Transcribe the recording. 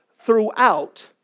throughout